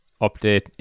update